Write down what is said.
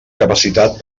capacitat